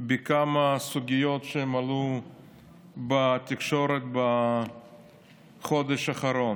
בכמה סוגיות שעלו בתקשורת בחודש האחרון,